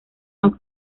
mas